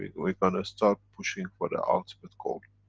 we're gonna start pushing for the ultimate goal.